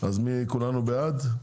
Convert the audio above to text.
כולנו בעד?